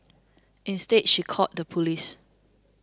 instead she called the police